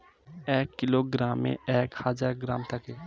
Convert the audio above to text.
এক কিলোগ্রামে এক হাজার গ্রাম থাকে